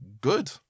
good